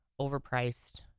overpriced